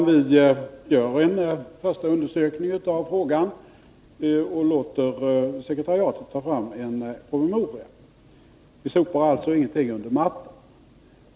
Vi gör en första undersökning av frågan och låter sekretariatet ta fram en promemoria. Vi sopar alltså ingenting under mattan.